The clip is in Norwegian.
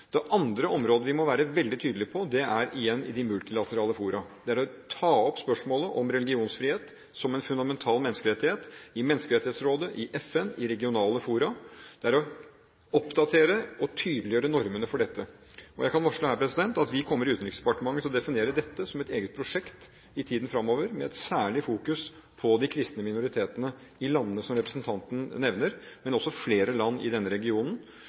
Det andre området vi må være veldig tydelige på, er igjen i de multilaterale fora. Det er å ta opp spørsmålet om religionsfrihet som en fundamental menneskerettighet, i Menneskerettighetsrådet, i FN og i regionale fora. Det er å oppdatere og tydeliggjøre normene for dette. Jeg kan her varsle at vi i Utenriksdepartementet kommer til å definere dette som et eget prosjekt i tiden framover – med et særlig fokus på de kristne minoritetene i landene som representanten nevnte, men også i flere land i denne regionen,